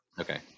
Okay